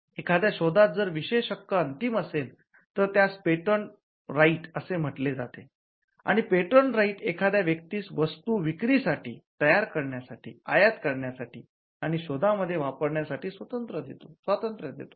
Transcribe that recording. एखाद्या शोधात जर विशेष हक्क अंतीम असेल तर त्यास पेटंट राईट एखाद्या व्यक्तीस वस्तू विक्री साठी तयार करण्यासाठी आयात करण्यासाठी आणि शोधामध्ये वापरासाठी स्वातंत्र्य देतो